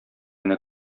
генә